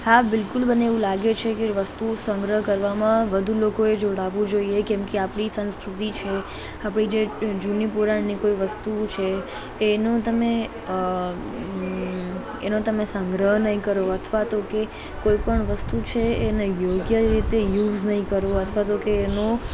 હા બિલકુલ મને એવું લાગે છે કે વસ્તુઓ સંગ્રહ કરવામાં વધુ લોકોએ જોડાવવું જોઈએ કેમ કે આપણી સંસ્કૃતિ છે આપણી જે જૂની પુરાણી કોઈ વસ્તુ છે એનું તમે એનો તમે સંગ્રહ નહીં કરો અથવા તો કે કોઈ પણ વસ્તુ છે એને યોગ્ય રીતે યુઝ નહીં કરો અથવા તો કે એનું